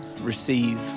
receive